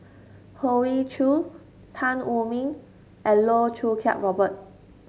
Hoey Choo Tan Wu Meng and Loh Choo Kiat Robert